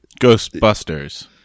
Ghostbusters